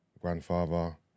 grandfather